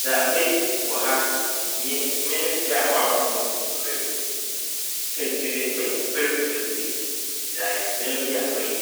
Dza meyi wɔ ha nye me mfe a ɔabɔ ho mprenu. Saintsir nye dɛ menya mber bebree dze ayɛ ndzɛmba bi a mereyɛ.